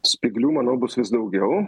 spyglių manau bus vis daugiau